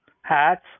hats